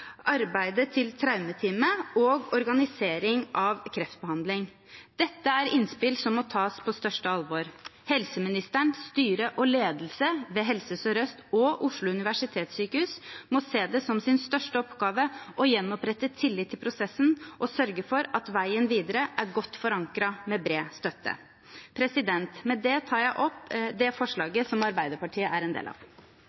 arbeidet til traumeteamet samt organisering av kreftbehandling – innspill som må tas på største alvor. Helseministeren, styret og ledelsen ved Helse Sør-Øst og Oslo universitetssykehus må se det som sin største oppgave å gjenopprette tillit til prosessen og sørge for at veien videre er godt forankret med bred støtte. Med det tar jeg opp